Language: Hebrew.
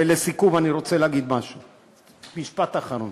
לסיכום אני רוצה לומר משפט אחרון.